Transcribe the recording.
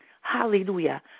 Hallelujah